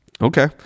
Okay